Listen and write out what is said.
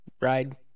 ride